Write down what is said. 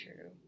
true